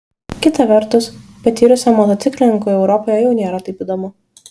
kita vertus patyrusiam motociklininkui europoje jau nėra taip įdomu